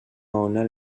ona